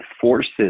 forces